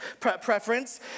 -preference